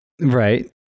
Right